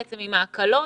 עם ההקלות,